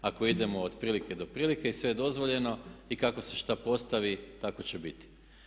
Ako idemo od prilike do prilike i sve je dozvoljeno i kako se šta postavi tako će biti.